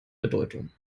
bedeutung